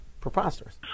Preposterous